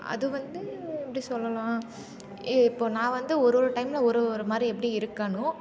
அது வந்து எப்படி சொல்லலாம் ஏ இப்போ நான் வந்து ஒரு ஒரு டைம்ல ஒரு ஒரு மாதிரி எப்படி இருக்கனோ